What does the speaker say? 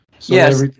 Yes